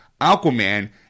Aquaman